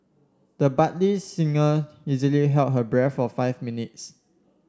the budding singer easily held her breath for five minutes